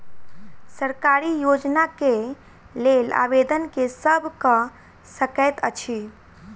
सरकारी योजना केँ लेल आवेदन केँ सब कऽ सकैत अछि?